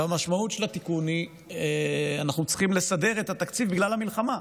והמשמעות של התיקון היא שאנחנו צריכים לסדר את התקציב בגלל המלחמה.